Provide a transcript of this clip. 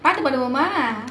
பாட்டு பாடுவோமா:paatu paaduvomaa